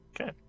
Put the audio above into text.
Okay